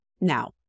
Now